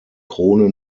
krone